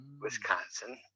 wisconsin